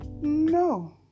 No